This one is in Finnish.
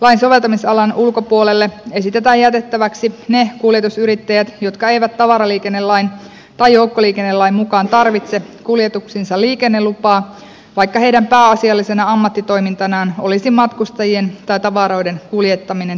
lain soveltamisalan ulkopuolelle esitetään jätettäväksi ne kuljetusyrittäjät jotka eivät tavaraliikennelain tai joukkoliikennelain mukaan tarvitse kuljetuksiinsa liikennelupaa vaikka heidän pääasiallisena ammattitoimintanaan olisi matkustajien tai tavaroiden kuljettaminen tieliikenteessä